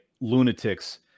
lunatics